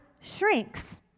shrinks